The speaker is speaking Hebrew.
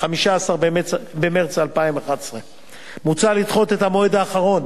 15 במרס 2011. מוצע לדחות את המועד האחרון